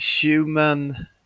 human